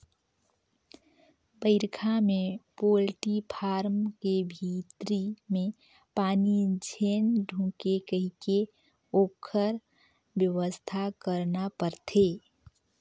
बइरखा में poultry farm के भीतरी में पानी झेन ढुंके कहिके ओखर बेवस्था करना परथे